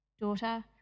Daughter